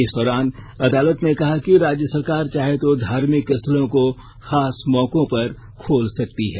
इस दौरान अदालत ने कहा कि राज्य सरकार चाहे तो धार्मिक स्थलों को खास मौकों पर खोल सकती है